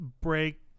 break